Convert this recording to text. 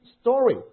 story